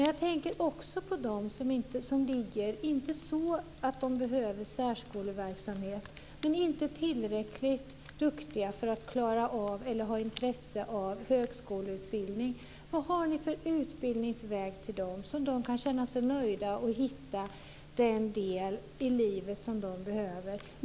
Jag tänker också på dem som inte behöver särskoleverksamhet men som inte är tillräcklig duktiga för att klara av eller har intresse för en högskoleutbildning. Vad har ni för utbildningsväg för dem så de kan känna sig nöjda och hitta en del i livet som de behöver?